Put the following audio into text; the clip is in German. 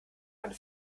eine